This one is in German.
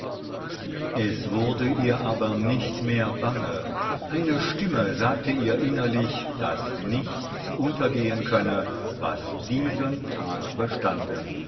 es wurde ihr aber nicht mehr bange eine stimme sagte ihr innerlich daß nichts untergehen könne was diesen tag bestanden